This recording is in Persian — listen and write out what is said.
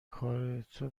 کارتو